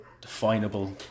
definable